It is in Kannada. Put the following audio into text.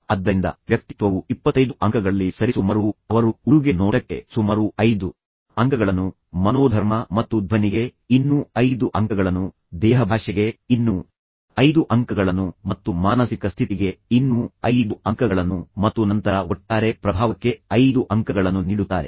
ಆದ್ದರಿಂದ ವ್ಯಕ್ತಿತ್ವವು 25 ಅಂಕಗಳಲ್ಲಿ ಸರಿಸುಮಾರು ಅವರು ಉಡುಗೆ ನೋಟಕ್ಕೆ ಸುಮಾರು 5 ಅಂಕಗಳನ್ನು ಮನೋಧರ್ಮ ಮತ್ತು ಧ್ವನಿಗೆ ಇನ್ನೂ 5 ಅಂಕಗಳನ್ನು ದೇಹಭಾಷೆಗೆ ಇನ್ನೂ 5 ಅಂಕಗಳನ್ನು ಮತ್ತು ಮಾನಸಿಕ ಸ್ಥಿತಿಗೆ ಇನ್ನೂ 5 ಅಂಕಗಳನ್ನು ಮತ್ತು ನಂತರ ಒಟ್ಟಾರೆ ಪ್ರಭಾವಕ್ಕೆ 5 ಅಂಕಗಳನ್ನು ನೀಡುತ್ತಾರೆ